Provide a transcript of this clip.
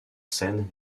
scène